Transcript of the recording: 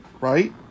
Right